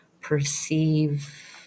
perceive